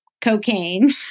cocaine